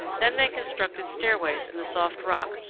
then they constructed stairways in the soft rock,